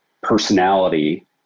personality